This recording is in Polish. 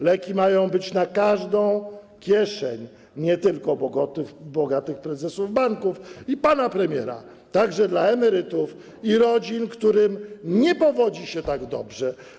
Leki mają być na każdą kieszeń, nie tylko bogatych prezesów banków i pana premiera, także dla emerytów i rodzin, którym nie powodzi się tak dobrze.